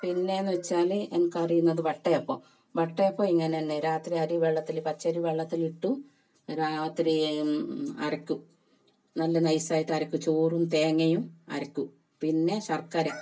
പിന്നെ എന്ന് വച്ചാൽ എനിക്ക് അറിയുന്നത് വട്ടയപ്പം വട്ടയപ്പം ഇങ്ങനെ തന്നെ രാത്രി അരി വെള്ളത്തിൽ പച്ചരി വെള്ളത്തിലിട്ടു രാത്രി അരക്കും നല്ല നൈസായിട്ട് അരക്കും ചോറും തേങ്ങയും അരക്കും പിന്നെ ശർക്കര